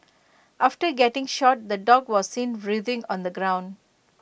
after getting shot the dog was seen writhing on the ground